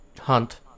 hunt